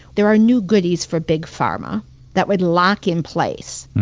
there are new goodies for big pharma that would lock in place,